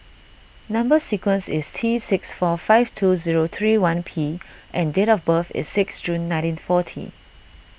Number Sequence is T six four five two zero three one P and date of birth is six June nineteen forty